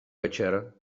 večer